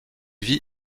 vit